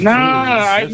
Nah